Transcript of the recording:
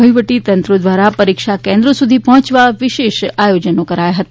વહીવટી તંત્રો ધ્વારા પરીક્ષા કેન્દ્રો સુધી પહોચવા વિશેષ આયોજનો કરાયા હતા